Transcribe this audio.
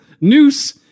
noose